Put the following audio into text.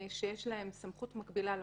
שיש בהן סמכות מקבילה לפרקליטות.